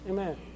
Amen